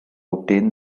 obtain